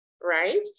Right